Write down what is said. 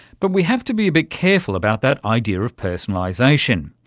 but we have to be a bit careful about that idea of personalisation.